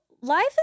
life